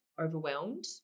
overwhelmed